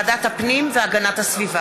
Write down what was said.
אה, זה גם דורש הצבעה.